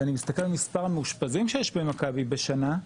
ואני מסתכל על מספר המאושפזים שיש במכבי בשנה,